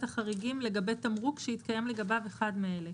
החריגים לגבי תמרוק שהתקיים לגביו אחד מאלה: